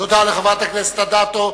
תודה לחברת הכנסת אדטו.